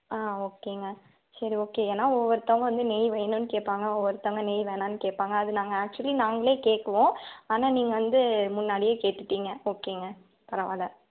ஆ ஓகேங்க சரி ஓகே ஏன்னால் ஒவ்வொருத்தவங்க வந்து நெய் வேணும்ன்னு கேட்பாங்க ஒவ்வொருத்தவங்க நெய் வேணான்னு கேட்பாங்க அது நாங்கள் ஆக்சுவலி நாங்களே கேட்குவோம் ஆனால் நீங்கள் வந்து முன்னாடியே கேட்டுவிட்டீங்க ஓகேங்க பரவாயில்ல